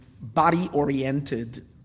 body-oriented